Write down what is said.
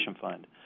fund